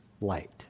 light